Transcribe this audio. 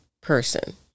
person